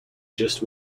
just